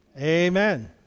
amen